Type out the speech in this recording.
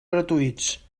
gratuïts